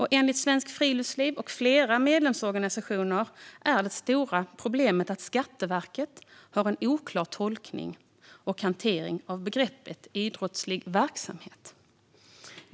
Enligt Svenskt Friluftsliv och flera medlemsorganisationer är det stora problemet att Skatteverket har en oklar tolkning och hantering av begreppet "idrottslig verksamhet".